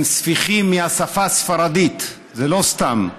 עם ספיחים מהשפה הספרדית, זה לא סתם,